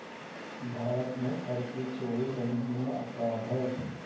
भारत में कर की चोरी दंडनीय अपराध है